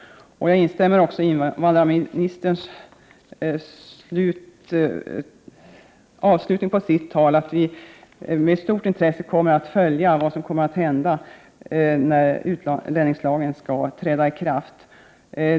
Jag instämmer också i det invandrarministern sade som avslutning av sitt anförande om att vi med stort intresse kommer att följa vad som kommer att hända när utlänningslagen skall träda i kraft.